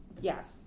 yes